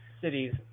cities